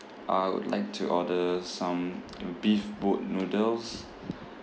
uh I would like to order some beef boat noodles